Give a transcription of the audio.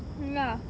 ya